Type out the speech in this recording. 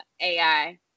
AI